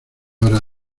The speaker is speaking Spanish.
hora